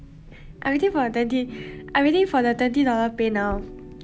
I waiting for twenty I'm waiting for the twenty dollar PayNow